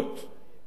אבל מאז,